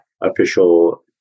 official